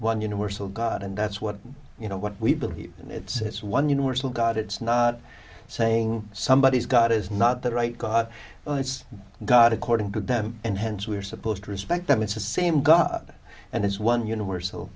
one universal god and that's what you know what we believe it's one universal god it's not saying somebody is god is not the right god well it's god according to them and hence we are supposed to respect them it's the same god and it's one universal